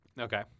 Okay